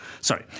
sorry